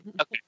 okay